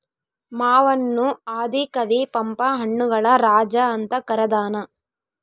ಮಾವನ್ನು ಆದಿ ಕವಿ ಪಂಪ ಹಣ್ಣುಗಳ ರಾಜ ಅಂತ ಕರದಾನ